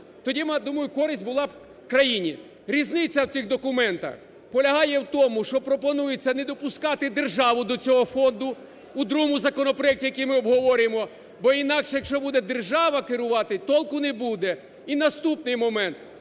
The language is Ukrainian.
тоді, думаю, користь була б країні. Різниця в цих документах полягає в тому, що пропонується не допускати державу до цього фонду, у другому законопроекті, який ми обговорюємо, бо інакше, якщо буде держава керувати, толку не буде. І наступний момент.